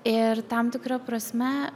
ir tam tikra prasme